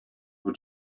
nhw